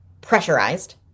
pressurized